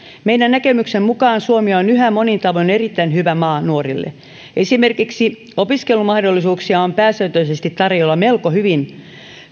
meidän näkemyksemme mukaan suomi on yhä monin tavoin erittäin hyvä maa nuorille esimerkiksi opiskelumahdollisuuksia on pääsääntöisesti tarjolla melko hyvin